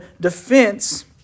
defense